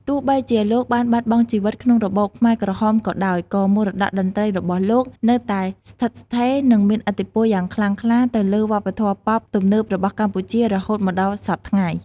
ទោះបីជាលោកបានបាត់បង់ជីវិតក្នុងរបបខ្មែរក្រហមក៏ដោយ ក៏មរតកតន្ត្រីរបស់លោកនៅតែស្ថិតស្ថេរ និងមានឥទ្ធិពលយ៉ាងខ្លាំងក្លាទៅលើវប្បធម៌ប៉ុបទំនើបរបស់កម្ពុជា រហូតមកដល់សព្វថ្ងៃ ។